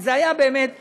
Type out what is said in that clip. זה היה באמת תחושה,